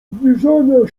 zbliżania